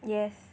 yes